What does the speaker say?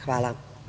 Hvala.